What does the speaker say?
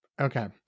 Okay